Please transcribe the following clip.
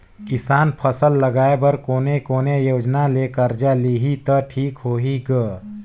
किसान फसल लगाय बर कोने कोने योजना ले कर्जा लिही त ठीक होही ग?